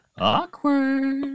Awkward